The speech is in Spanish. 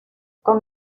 con